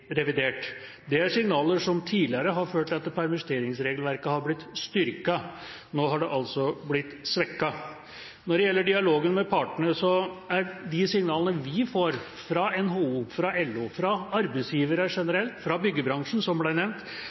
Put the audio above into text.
revidert. Det er signaler som tidligere har ført til at permitteringsregelverket har blitt styrket. Nå har det blitt svekket. Når det gjelder dialogen med partene, er de signalene vi får – fra NHO, fra LO, fra arbeidsgivere generelt, fra byggebransjen, som ble nevnt